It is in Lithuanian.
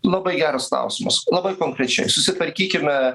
labai geras klausimas labai konkrečiai susitvarkykime